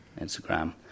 Instagram